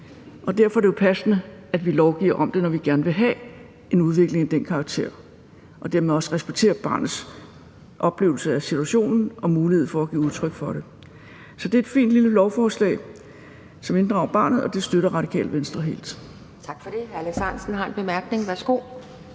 og derfor er det jo passende, at vi lovgiver om det, når vi gerne vil have en udvikling af den karakter, og dermed også respekterer barnets oplevelse af situationen og giver barnet mulighed for at give udtryk for det. Så det er et fint lille lovforslag, som inddrager barnet, og det støtter Radikale Venstre helt.